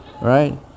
right